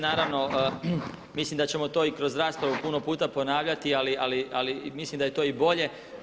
Naravno mislim da ćemo to i kroz raspravu puno puta ponavljati, ali mislim da je to i bolje.